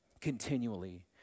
continually